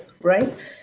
right